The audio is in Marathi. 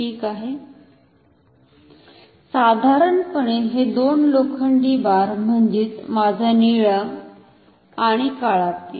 ठीक आहे साधारणपणे हे दोन लोखंडी बार म्हणजेच माझा निळा आणि काळा पेन